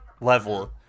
level